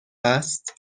است